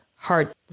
Heart